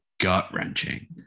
gut-wrenching